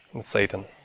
Satan